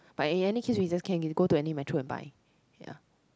but in any case we just can go to any metro and buy ya